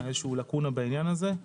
יש לקונה בעניין הזה;